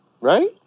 Right